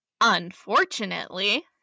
unfortunately